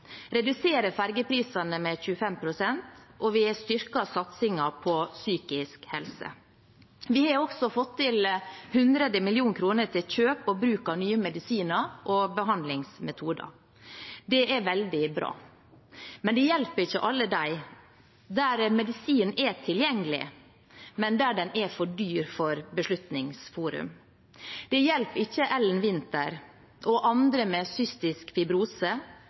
med 25 pst., og vi har styrket satsingen på psykisk helse. Vi har også fått til 100 mill. kr til kjøp og bruk av nye medisiner og behandlingsmetoder. Det er veldig bra. Men det hjelper ikke alle dem der medisinen er tilgjengelig, men for dyr for Beslutningsforum for nye metoder. Det hjelper ikke Ellen Winther og andre med cystisk fibrose